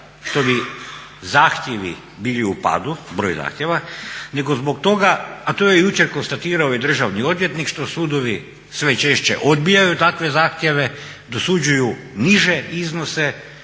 što bi zahtjevi bili u padu, broj zahtjeva, nego zbog toga a to je jučer konstatirao i državni odvjetnik, što sudovi sve češće odbijaju takve zahtjeve, dosuđuju niže iznose